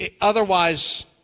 otherwise